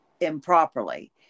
improperly